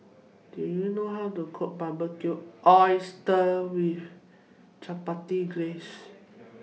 Do YOU know How to Cook Barbecued Oysters with Chipotle Glaze